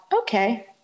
okay